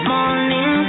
Morning